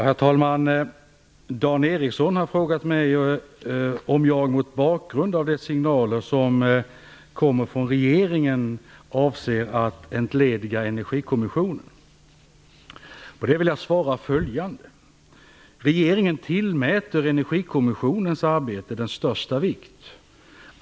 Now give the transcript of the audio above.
Herr talman! Dan Ericsson har frågat mig om jag mot bakgrund av de signaler som kommer från regeringen avser att entlediga Energikommissionen. Regeringen tillmäter Energikommissionens arbete den största vikt.